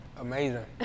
Amazing